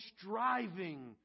striving